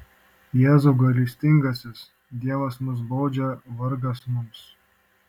jėzau gailestingasis dievas mus baudžia vargas mums